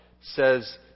says